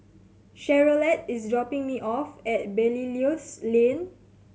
Charolette is dropping me off at Belilios Lane